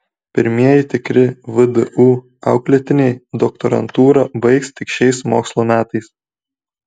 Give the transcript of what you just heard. pirmieji tikri vdu auklėtiniai doktorantūrą baigs tik šiais mokslo metais